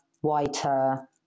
whiter